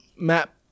map